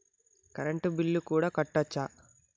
Current bill కూడా కట్టొచ్చా?